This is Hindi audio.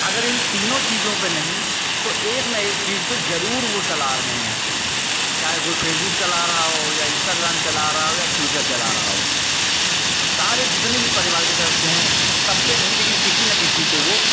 अगर इन तीनों चीजों पर नहीं तो एक न एक चीज़ पर ज़रूर वह चला रहे हैं चाहे कोई फ़ेसबुक चला रहा हो या इंस्टाग्राम चला रहा हो या ट्विटर चला रहा हो सारे जितने भी परिवार के सदस्य हैं सबपर नहीं लेकिन किसी न किसी पर वह